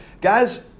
Guys